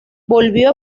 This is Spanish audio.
volvió